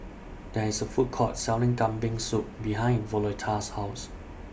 There IS A Food Court Selling Kambing Soup behind Violetta's House